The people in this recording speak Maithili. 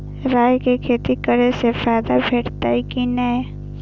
राय के खेती करे स फायदा भेटत की नै?